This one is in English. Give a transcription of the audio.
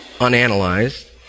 unanalyzed